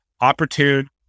opportune